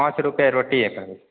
पाँच रूपे रोटी